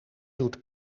doet